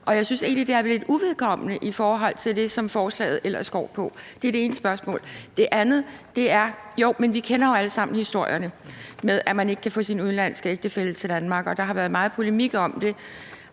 og jeg synes egentlig, det er lidt uvedkommende i forhold til det, som forslaget ellers går på. Det var det ene spørgsmål. Det andet spørgsmål er i forhold til det med, at vi alle sammen kender historierne om, at man ikke kan få sin udenlandske ægtefælle til Danmark, og der har været meget polemik om det;